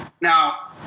now